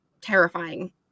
terrifying